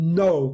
no